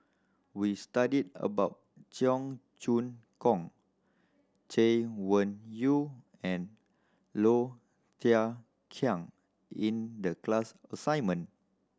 we studied about Cheong Choong Kong Chay Weng Yew and Low Thia Khiang in the class assignment